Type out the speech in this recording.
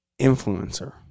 influencer